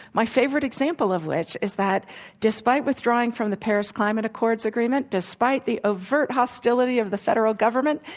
my favorite example of which is that despite withdrawing from the paris climate accords agreement, despite the overt hostility of the federal government,